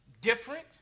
different